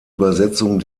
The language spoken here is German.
übersetzung